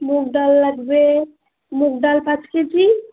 মুগ ডাল লাগবে মুগ ডাল পাঁচ কেজি